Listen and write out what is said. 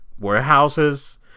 warehouses